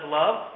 love